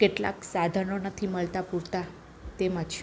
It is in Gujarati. કેટલાક સાધનો નથી મળતા પૂરતા તેમજ